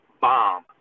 bomb